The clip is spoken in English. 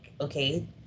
okay